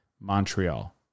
Montreal